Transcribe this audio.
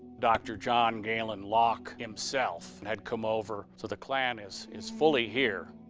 dr. john galen locke himself had come over. so the clan is is fully here.